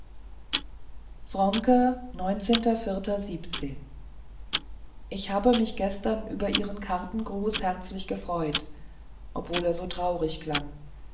wronke ich habe mich gestern über ihren kartengruß herzlich gefreut obwohl er so traurig klang